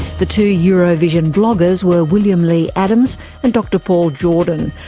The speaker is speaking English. the two eurovision bloggers were william lee adams and dr paul jordan.